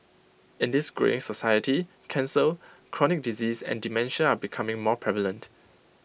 in this greying society cancer chronic disease and dementia are becoming more prevalent